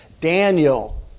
Daniel